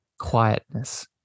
quietness